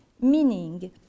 meaning